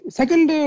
second